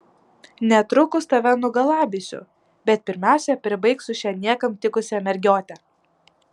netrukus tave nugalabysiu bet pirmiausia pribaigsiu šią niekam tikusią mergiotę